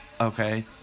Okay